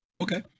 Okay